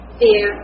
fear